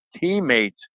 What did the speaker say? teammates